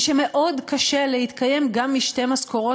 ושמאוד קשה להתקיים גם משתי משכורות.